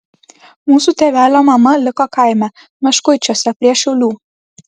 mūsų tėvelio mama liko kaime meškuičiuose prie šiaulių